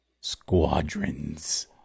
Squadrons